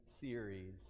series